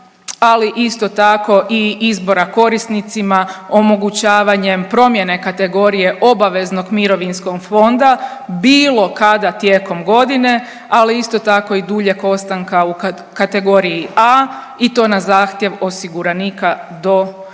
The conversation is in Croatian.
ali isto tako i izbora korisnicima omogućavanjem promjene kategorije obaveznog mirovinskog fonda bilo kada tijekom godine, ali isto tako i duljeg ostanka u kategoriji A i to na zahtjev osiguranika do